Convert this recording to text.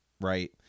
right